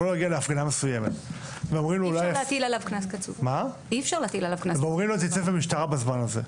אומרים לו להתייצב במשטרה בזמן הזה.